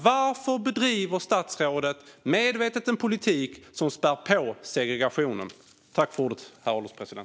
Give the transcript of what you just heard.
Varför bedriver statsrådet medvetet en politik som spär på segregationen?